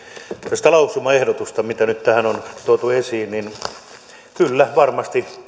tästä lausumaehdotuksesta mitä nyt on tuotu esiin kyllä varmasti